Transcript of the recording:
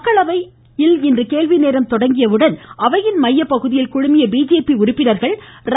மக்களவையில் கேள்விநேரம் தொடங்கியவுடன் அவையின் மையப்பகுதியில் குழுமிய பிஜேபி உறுப்பினர்கள் ர